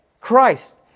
Christ